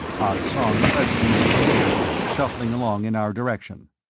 ah tsong presently re-appeared, shuffling along in our direction.